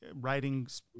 writings